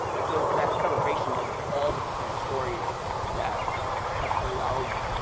and so, it's that celebration of all different kinds of stories that has allowed